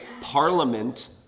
Parliament